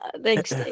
Thanks